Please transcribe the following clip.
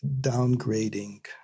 downgrading